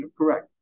correct